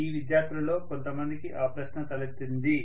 ఈ విద్యార్థులలో కొంతమందికి ఆ ప్రశ్న తలెత్తింది